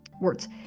words